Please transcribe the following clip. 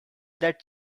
that